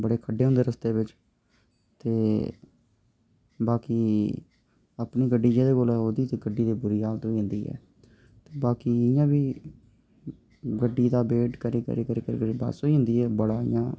बड़े खड्डे होंदे रस्तें बिच ते बाकी जेह्दे कोल अपनी गड्डी ते ओह्दी ते बुरी हालत होई जंदी ते बाकी इं'या बी गड्डी दा वेट करी करी बस होई जंदी ऐ बड़ा इं'या